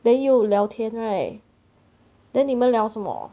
then 又有聊天 right then 你们聊什么